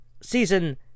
season